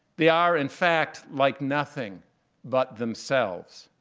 they are, in fact, like nothing but themselves.